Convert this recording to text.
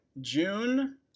June